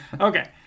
Okay